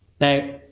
Now